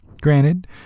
granted